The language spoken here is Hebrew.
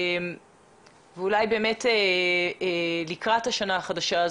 ואולי באמת לקראת השנה החדשה,